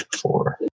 four